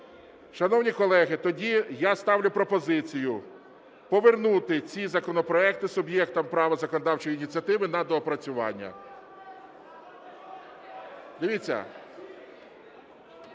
Шановні колеги, тоді я ставлю пропозицію повернути ці законопроекти суб'єктам права законодавчої ініціативи на доопрацювання.